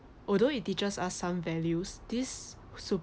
although it teaches us some values this